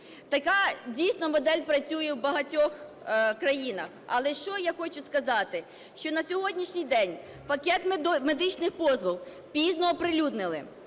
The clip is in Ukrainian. Така дійсно медаль працює у багатьох країнах. Але, що я хочу сказати, що на сьогоднішній день пакет медичних послуг пізно оприлюднили,